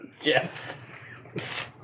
Jeff